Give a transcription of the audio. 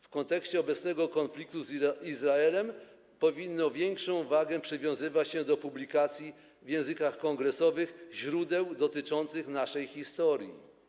W kontekście obecnego konfliktu z Izraelem powinno większą wagę przywiązywać się do publikacji w językach kongresowych źródeł dotyczących naszej historii.